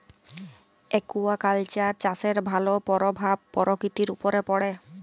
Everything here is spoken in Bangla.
একুয়াকালচার চাষের ভালো পরভাব পরকিতির উপরে পড়ে